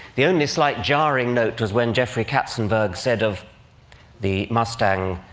the only slight jarring note was when jeffrey katzenberg said of the mustang,